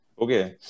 okay